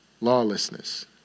lawlessness